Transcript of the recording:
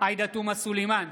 עאידה תומא סלימאן,